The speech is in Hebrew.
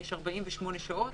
יש 48 שעות